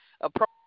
approach